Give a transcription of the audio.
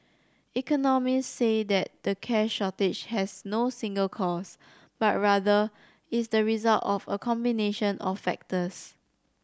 economists say that the cash shortage has no single cause but rather is the result of a combination of factors